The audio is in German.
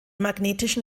magnetischen